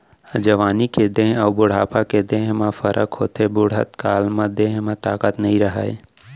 जवानी के देंह अउ बुढ़ापा के देंह म फरक होथे, बुड़हत काल म देंह म ताकत नइ रहय